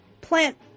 plant